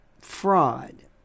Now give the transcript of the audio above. fraud